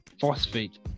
phosphate